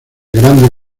grandes